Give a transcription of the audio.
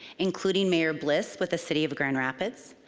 including mayor bliss with the city of grand rapids,